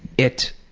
it